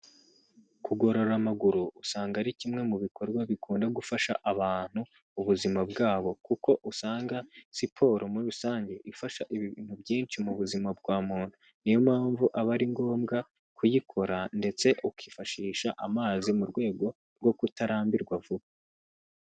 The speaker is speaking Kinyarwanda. Kugorora amaguru usanga ari kimwe mu bikorwa bikunda gufasha abantu mu buzima bwabo, kuko usanga siporo muri rusange ifasha ibintu byinshi mu buzima bwa muntu, niyo mpamvu aba ari ngombwa kuyikora ndetse ukifashisha amazi mu rwego rwo kutarambirwa vuba.